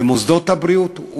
במוסדות הבריאות,